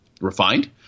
refined